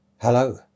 Hello